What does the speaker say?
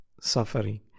suffering